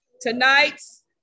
Tonight's